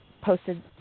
posted